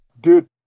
Dude